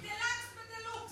מקבלים דה-לקס ודה-לוקס.